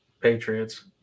Patriots